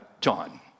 John